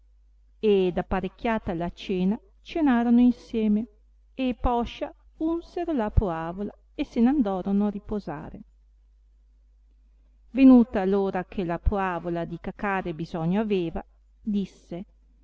ed apparecchiata la cena cenarono insieme e poscia unsero la poavola e se n andorono a riposare venuta l ora che la poavola di cacare bisogno aveva disse